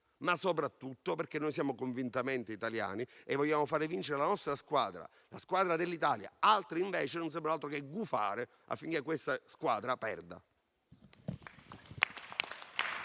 ma soprattutto perché siamo convintamente italiani e vogliamo far vincere la nostra squadra, la squadra dell'Italia. Altri invece non sembrano far altro che gufare affinché questa squadra perda.